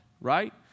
right